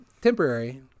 temporary